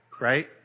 right